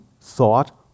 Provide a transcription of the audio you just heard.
thought